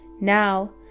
Now